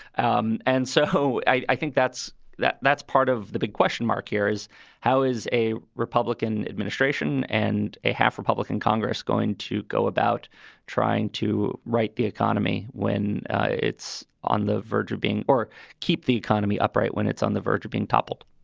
um and so i think that's that that's part of the big question mark here is how is a republican administration and a half republican congress going to go about trying to right the economy when it's on the verge of being. or keep the economy upright when it's on the verge of being toppled?